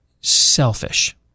selfish